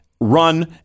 run